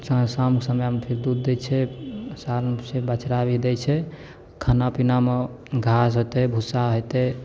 शाम कऽ समयमे फेर दूध दै छै सालमे से बछड़ा भी दै छै खाना पीनामे घास होयतै भूसा होयतै